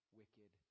wicked